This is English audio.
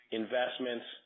investments